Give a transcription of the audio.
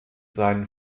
seinen